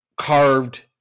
carved